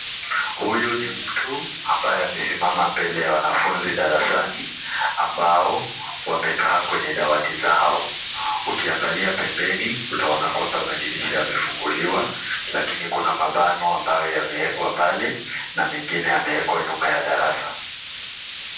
Huyu ni mtu ,ambaye amesimama mbele ya wanafunzi darasani, ambao wamekaa kwenye dawati zao. Ukiangalia pembeni, utaona kwamba madirisha yamefunguliwa, lakini kuna mabango ambayo yamewekwa pale na mengine yamewekwa nyuma ya darasa.